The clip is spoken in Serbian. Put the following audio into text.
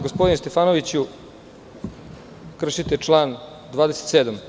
Gospodine Stefanoviću, opet kršite član 27.